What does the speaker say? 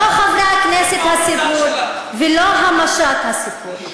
לא חברי הכנסת הם הסיפור ולא המשט הוא הסיפור.